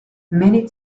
many